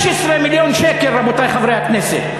16 מיליון שקל, רבותי חברי הכנסת.